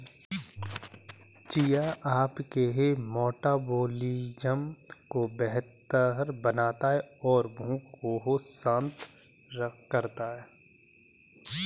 chia आपके metabolism को बेहतर बनाता है और भूख को शांत करता है